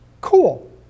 cool